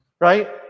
right